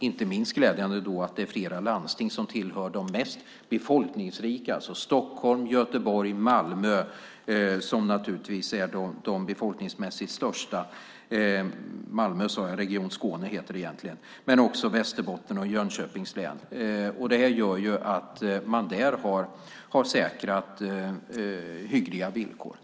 Inte minst glädjande är det då att det gäller flera av de landsting som är de befolkningsrikaste - Stockholm, Göteborg och Malmö, egentligen Region Skåne, som naturligtvis är de största landstingen befolkningsmässigt. Också Västerbotten och Jönköpings län kan nämnas. Där har man säkrat hyggliga villkor.